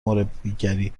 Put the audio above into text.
مربیگری